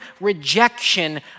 rejection